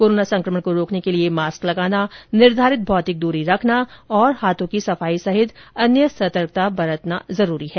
corona संक्रमण को रोकने के लिए मास्क लगाना निर्धारित भौतिक दूरी रखना और हाथों की सफाई सहित अन्य सतर्कता बरतना जरूरी है